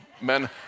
Men